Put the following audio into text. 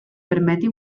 permeti